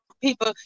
people